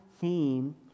theme